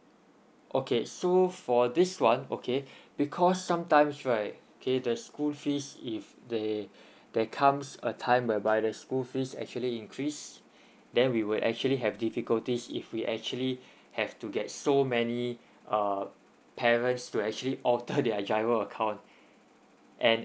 okay so for this one okay because sometimes right okay the school fees if there there comes a time whereby the school fees actually increase then we will actually have difficulties if we actually have to get so many uh parents to actually alter their GIRO account and